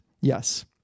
yes